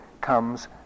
comes